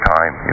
Time